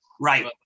Right